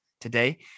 today